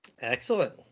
excellent